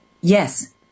Yes